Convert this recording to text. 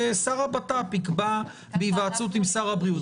ושר הבט"פ יקבע בהיוועצות עם שר הבריאות.